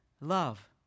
love